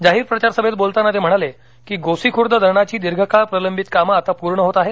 जाहीर प्रचार सभेत बोलताना ते म्हणाले की गोसीखुर्द धरणाची दीर्घकाळ प्रलंबित कामं आता पूर्ण होत आहेत